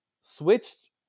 switched